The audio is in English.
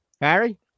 Harry